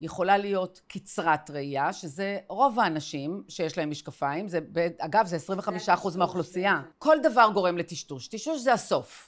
יכולה להיות קצרת ראייה, שזה רוב האנשים שיש להם משקפיים, אגב, זה 25% מהאוכלוסייה. כל דבר גורם לטשטוש, טשטוש זה הסוף.